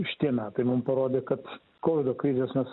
šitie metai mum parodė kad kovido krizės mes